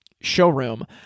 showroom